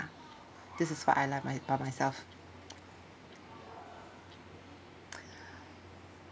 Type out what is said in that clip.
this is what I like my by myself